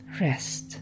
Rest